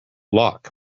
lock